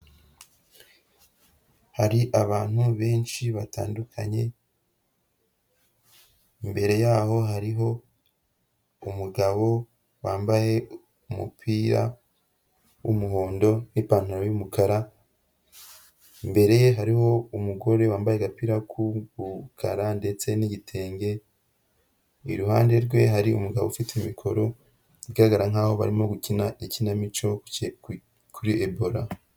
Hari abantu benshi batandukanye, imbere yaho hariho umugabo wambaye umupira w'umuhondo n'ipantaro y'umukara, imbere ye hariho umugore wambaye agapira k'umukara ndetse n'igitenge, iruhande rwe hari umugabo ufite mikoro bigaragara nkaho barimo gukina ikinamico kuri Ebola.